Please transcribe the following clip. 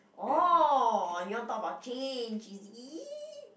oh you want to talk about change is it